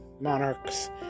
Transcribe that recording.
monarchs